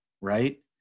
right